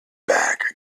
back